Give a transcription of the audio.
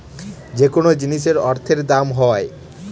যেকোনো জিনিসের অর্থের দাম হয়